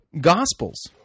gospels